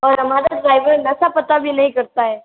और हमारा ड्राइवर नशा पता भी नहीं करता है